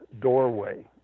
doorway